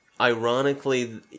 ironically